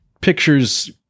pictures